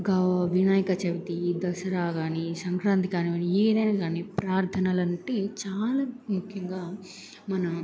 గ వినాయక చవితి దసరా కాని సంక్రాంతి కాని కాని ఏనైనా కాని ప్రార్థనలు అంటే చాలా ముఖ్యంగా మన